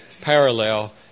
parallel